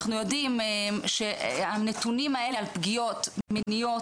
אנחנו יודעים שהנתונים האלה על פגיעות מיניות,